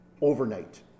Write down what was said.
overnight